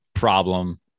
problem